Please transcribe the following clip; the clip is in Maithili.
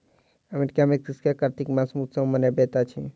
अमेरिका में कृषक कार्तिक मास मे उत्सव मनबैत अछि